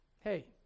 Hey